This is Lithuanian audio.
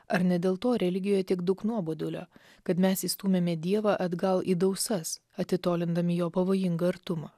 ar ne dėl to religijoj tiek daug nuobodulio kad mes įstūmėme dievą atgal į dausas atitolindami jo pavojingą artumą